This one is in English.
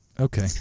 Okay